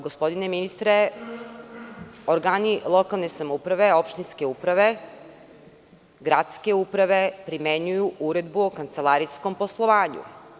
Gospodine ministre, organi lokalne samouprave, opštinske uprave, gradske uprave primenjuju uredbu o kancelarijskom poslovanju.